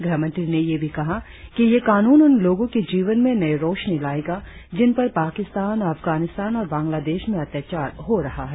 गृहमंत्री ने यह भी कहा कि यह कानून उन लोगों के जीवन में नई रोशनी लाएगा जिनपर पाकिस्तान अफगानिस्ता और बंग्लादेश में अत्याचार हो रहा है